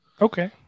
Okay